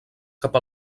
cap